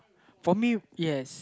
for me yes